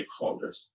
stakeholders